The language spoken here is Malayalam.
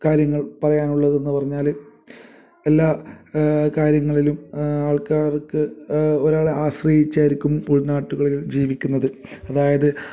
കാര്യങ്ങൾ പറയാനുള്ളതെന്നു പറഞ്ഞാൽ എല്ലാ കാര്യങ്ങളിലും ആൾക്കാർക്ക് ഒരാളെ ആശ്രയിച്ചായിരിക്കും ഉൾനാട്ടുകളിൽ ജീവിക്കുന്നത് അതായത്